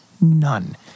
none